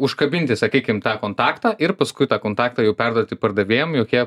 užkabinti sakykim tą kontaktą ir paskui tą kontaktą jau perduoti pardavėjam jog jie